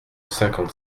cinquante